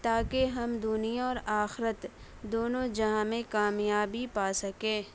تاکہ ہم دنیا اور آخرت دونوں جہاں میں کامیابی پا سکے